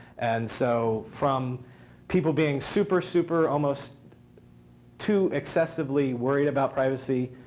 and so from people being super, super almost too excessively worried about privacy,